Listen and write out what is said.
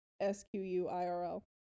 S-Q-U-I-R-L